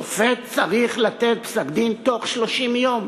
שופט צריך לתת פסק-דין בתוך 30 יום